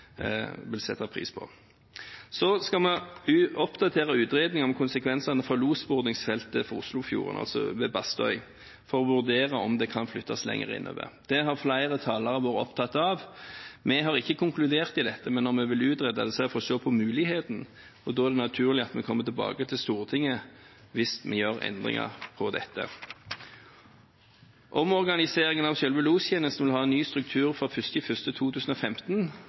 vil sette pris på. Så skal vi oppdatere utredningen om konsekvensene for losbordingsfeltet for Oslofjorden, altså ved Bastøy, for å vurdere om det kan flyttes lenger innover. Det har flere talere vært opptatt av. Vi har ikke konkludert i dette spørsmålet, men om vi vil utrede det, er det for å se på muligheten. Da er det naturlig at vi kommer tilbake til Stortinget hvis vi gjør endringer på dette. Omorganiseringen av selve lostjenesten vil ha en ny struktur fra 1. januar 2015.